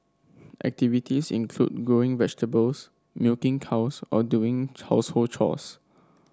activities include growing vegetables milking cows or doing chores